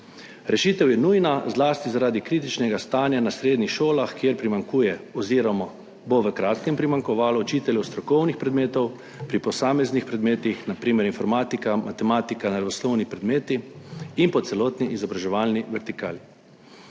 Rešitev je nujna zlasti zaradi kritičnega stanja na srednjih šolah, kjer primanjkuje oziroma bo v kratkem primanjkovalo učiteljev strokovnih predmetov pri posameznih predmetih, na primer informatika, matematika, naravoslovni predmeti in po celotni izobraževalni vertikali.